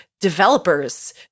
developers